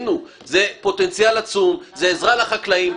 זה פוטנציאל עצום, זה עזרה לחקלאים.